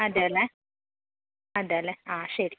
അതെ അല്ലേ അതെ അല്ലേ ആ ശരി